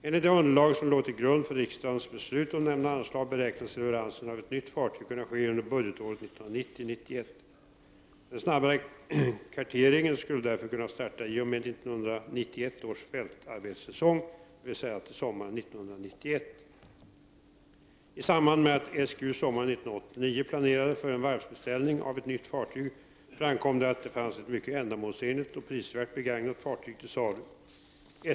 Enligt det underlag som låg till grund för riksdagens beslut om nämnda anslag beräknades leveransen av ett nytt fartyg kunna ske under budgetåret 1990/91. Den snabbare karteringen skulle därför kunna starta i och med 1991 års fältarbetssäsong, dvs. till sommaren 1991. I samband med att SGU sommaren 1989 planerade för en varvsbeställning av ett nytt fartyg framkom det att det fanns ett mycket ändamålsenligt och prisvärt begagnat fartyg till salu.